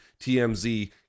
TMZ